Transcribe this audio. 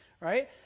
right